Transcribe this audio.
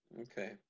Okay